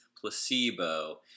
placebo